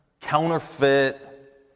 counterfeit